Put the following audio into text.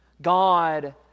God